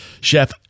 Chef